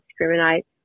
discriminate